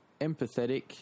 empathetic